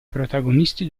protagonisti